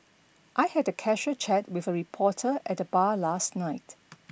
I had a casual chat with a reporter at the bar last night